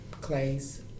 Clay's